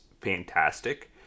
fantastic